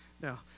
No